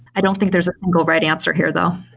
i don't think there's a single right answer here though.